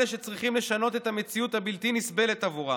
לא משנה מאיפה באנו.